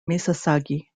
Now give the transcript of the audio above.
misasagi